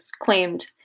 claimed